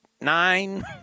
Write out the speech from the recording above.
nine